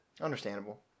Understandable